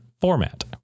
format